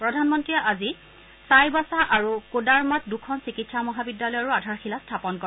প্ৰধানমন্ত্ৰীয়ে আজি চায়বাছা আৰু কোদাৰমাত দুখন চিকিৎসা মহাবিদ্যালয়ৰো আধাৰশিলা স্থাপন কৰে